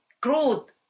growth